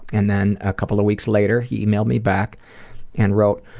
and then a couple of weeks later he emailed me back and wrote,